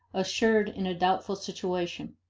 assured in a doubtful situation.